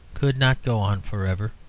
could not go on for ever.